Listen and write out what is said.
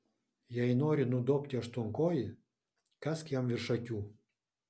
jei nori nudobti aštuonkojį kąsk jam virš akių